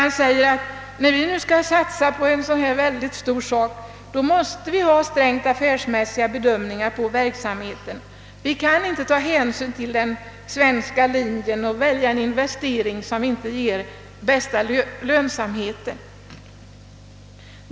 Han säger att när vi nu skall satsa på en så väldigt stor sak måste vi ha strängt affärsmässiga bedömningar på verksamheten. Vi kan inte ta hänsyn till den svenska linjen och välja en investering som inte ger bästa lönsamheten.